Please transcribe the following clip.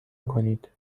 کنید